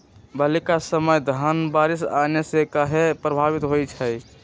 बली क समय धन बारिस आने से कहे पभवित होई छई?